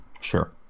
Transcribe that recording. sure